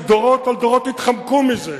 אחרי שדורות על דורות התחמקו מזה,